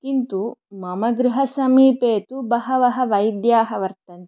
किन्तु मम गृहसमीपे तु बहवः वैद्याः वर्तन्ते